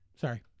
Sorry